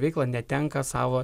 veiklą netenka savo